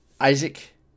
Isaac